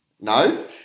No